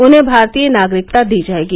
उन्हें भारतीय नागरिकता दी जाएगी